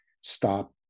stop